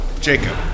Jacob